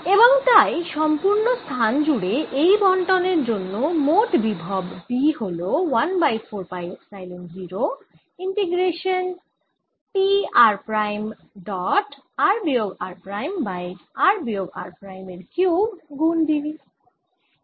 এবং তাই সম্পুর্ন স্থান জুড়ে এই বন্টনের জন্য মোট বিভব V হল 1 by 4 pi epsilon 0 integration P r prime dot r বিয়োগ r প্রাইম বাই r বিয়োগ r প্রাইম কিউব গুণ d v